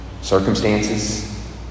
circumstances